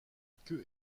queue